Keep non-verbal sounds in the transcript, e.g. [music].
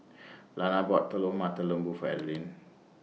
Lana bought Telur Mata Lembu For Adalyn [noise]